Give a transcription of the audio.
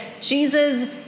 Jesus